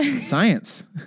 Science